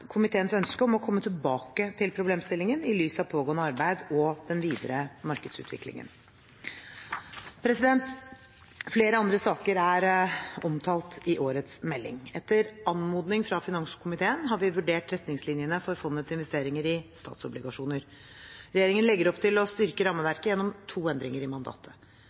komiteens ønske om å komme tilbake til problemstillingen i lys av pågående arbeid og den videre markedsutviklingen. Flere andre saker er omtalt i årets melding. Etter anmodning fra finanskomiteen har vi vurdert retningslinjene for fondets investeringer i statsobligasjoner. Regjeringen legger opp til å styrke rammeverket gjennom to endringer i mandatet.